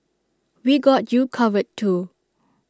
we got you covered too